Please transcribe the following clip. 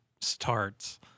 starts